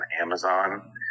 Amazon